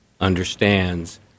understands